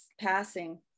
passing